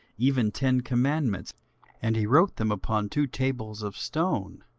even ten commandments and he wrote them upon two tables of stone.